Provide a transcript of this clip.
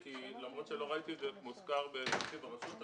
למרות שלא ראיתי את זה מוזכר בתקציב הרשות,